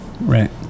Right